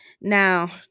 Now